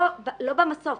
לא במסוף.